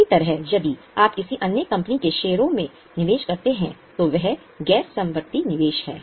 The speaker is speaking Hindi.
इसी तरह यदि आप किसी अन्य कंपनी के शेयरों में निवेश करते हैं तो वह गैर समवर्ती निवेश है